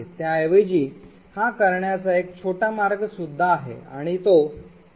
त्याऐवजी हा करण्याचा एक छोटा मार्ग सुद्धा आहे आणि तो print2a